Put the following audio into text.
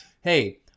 hey